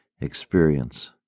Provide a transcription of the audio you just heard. experience